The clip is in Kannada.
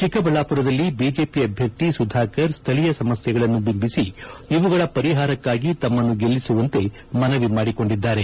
ಚಿಕ್ಕಬಳ್ಳಾಪುರದಲ್ಲೂ ಬಿಜೆಪಿ ಅಭ್ಯರ್ಥಿ ಸುಧಾಕರ್ ಸ್ದಳೀಯ ಸಮಸ್ಯೆಗಳನ್ನು ಬಿಂಬಿಸಿ ಇವುಗಳ ಪರಿಹಾರಕ್ಕಾಗಿ ತಮ್ಮನ್ನು ಗೆಲ್ಲಿಸುವಂತೆ ಮನವಿ ಮಾಡಿಕೊಂಡಿದ್ದಾರೆ